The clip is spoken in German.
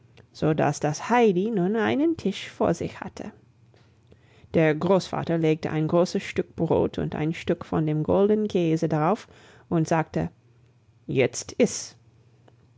so dass das heidi nun einen tisch vor sich hatte der großvater legte ein großes stück brot und ein stück von dem goldenen käse darauf und sagte jetzt iss